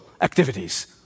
activities